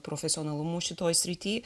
profesionalumu šitoj srity